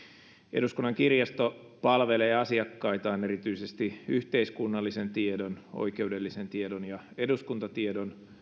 eduskunnan kirjasto palvelee asiakkaitaan erityisesti yhteiskunnallisen tiedon oikeudellisen tiedon ja eduskuntatiedon